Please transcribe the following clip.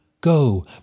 Go